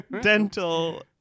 dental